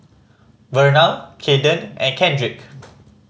Vernal Kayden and Kendrick